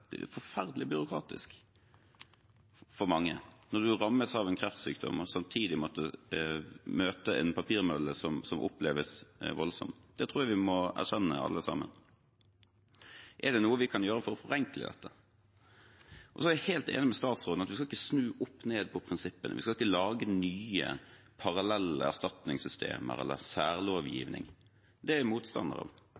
Det er forferdelig byråkratisk for mange – når man rammes av en kreftsykdom og samtidig måtte møte en papirmølle som oppleves voldsomt. Det tror jeg vi må erkjenne alle sammen. Er det noe vi kan gjøre for å forenkle dette? Så er jeg helt enig med statsråden i at vi ikke skal snu opp ned på prinsippene. Vi skal ikke lage nye, parallelle erstatningssystemer eller